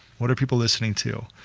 what are people listening to?